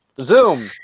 Zoom